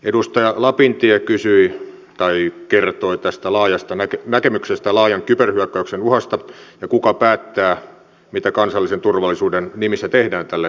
edustaja lapintie kysyi tai kertoi tästä näkemyksestä laajan kyberhyökkäyksen uhasta ja siitä kuka päättää mitä kansallisen turvallisuuden nimissä tehdään tälle tiedustelulainsäädännölle